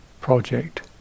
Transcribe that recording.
project